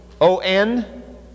O-N